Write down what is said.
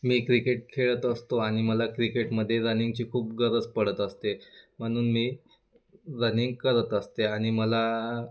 मी cricket खेळत असतो आणि मला क्रिकेटमध्ये रनिंगची खूप गरज पडत असते म्हणून मी रनिंग करत असते आणि मला